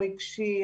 הרגשי,